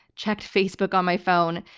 checked facebook on my phone,